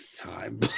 time